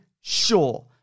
sure